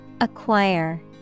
Acquire